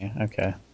Okay